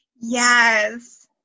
Yes